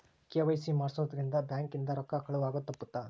KYC ಮಾಡ್ಸೊದ್ ರಿಂದ bank ಇಂದ ರೊಕ್ಕ ಕಳುವ್ ಆಗೋದು ತಪ್ಪುತ್ತ